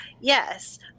yes